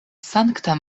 sankta